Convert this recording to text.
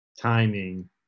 timing